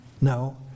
No